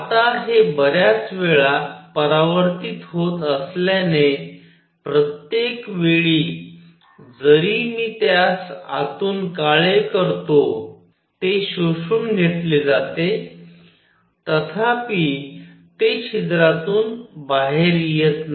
आता हे बर्याच वेळा परावर्तित होत असल्याने प्रत्येक वेळी जरी मी त्यास आतून काळे करतो ते शोषून घेतले जाते तथापि ते छिद्रातून बाहेर येत नाही